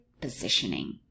positioning